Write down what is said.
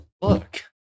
Look